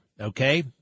okay